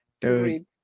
Dude